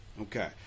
okay